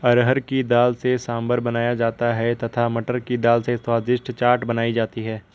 अरहर की दाल से सांभर बनाया जाता है तथा मटर की दाल से स्वादिष्ट चाट बनाई जाती है